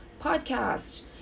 podcast